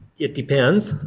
it depends.